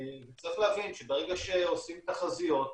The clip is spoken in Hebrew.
צריך להבין שברגע שעושים תחזיות,